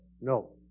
no